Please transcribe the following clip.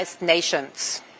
nations